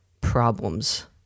problems